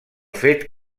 fet